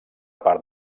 part